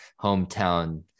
hometown